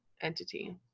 entity